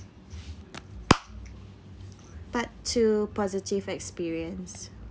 part two positive experience